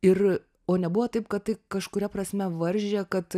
ir o nebuvo taip kad tai kažkuria prasme varžė kad